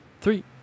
three